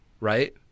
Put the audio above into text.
Right